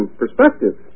perspective